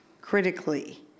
critically